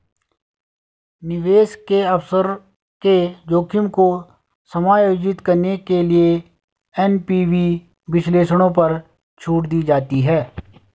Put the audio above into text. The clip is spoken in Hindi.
निवेश के अवसर के जोखिम को समायोजित करने के लिए एन.पी.वी विश्लेषणों पर छूट दी जाती है